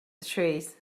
trees